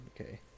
Okay